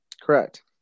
Correct